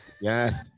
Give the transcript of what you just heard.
yes